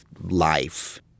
life